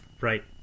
right